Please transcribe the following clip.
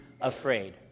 afraid